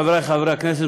חברי חברי הכנסת,